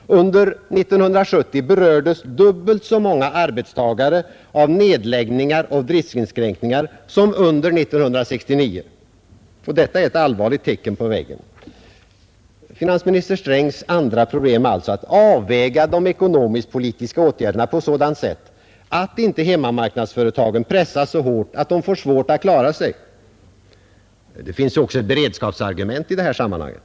Under 1970 berördes dubbelt så många arbetstagare av nedläggningar och driftinskränkningar som under 1969. Detta är ett allvarligt tecken på väggen. Statsrådet Strängs andra problem är alltså att avväga de ekonomisk-politiska åtgärderna på sådant sätt att inte hemmamarknadsföretagen pressas så hårt att de får svårt att klara sig. Det finns också ett beredskapsargument i detta sammanhang.